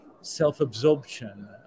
self-absorption